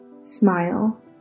Smile